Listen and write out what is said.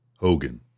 Hogan